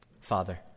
Father